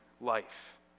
life